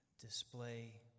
display